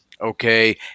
Okay